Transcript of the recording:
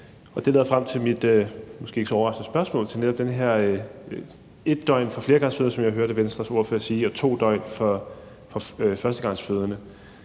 Det leder frem til mit måske ikke så overraskende spørgsmål til netop det her med 1 døgn for fleregangsfødende, som jeg hørte Venstres ordfører sige, og 2 døgn for førstegangsfødende.